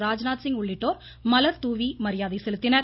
ராஜ்நாத்சிங் உள்ளிட்டோர் மலர்தூவி மரியாதை செலுத்தினர்